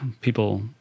people